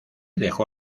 dejó